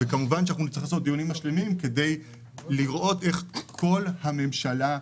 כמובן נצטרך לעשות דיונים משלימים כדי לראות איך כל הממשלה,